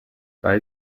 bei